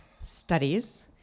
studies